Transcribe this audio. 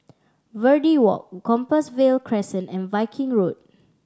Verde Walk Compassvale Crescent and Viking Road